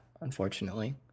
unfortunately